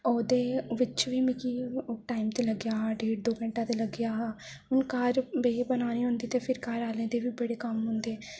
ओह्दे बिच बी मिगी टाइम ते लग्गेआ हा डेढ़ दो घैंटे ते लग्गेआ हा ते हून घर बेहियै बनानी होंदी ते घराआह्ले दे बी बड़े कम्म होंदे